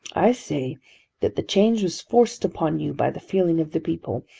i say that the change was forced upon you by the feeling of the people,